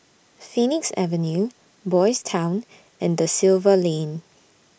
Phoenix Avenue Boys' Town and DA Silva Lane